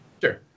Sure